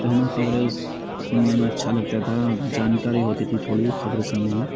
تو ہمیں خبریں سننے میں اچھا لگتا تھا اور جانکاری ہوتی تھی تھوڑی خبریں سننے میں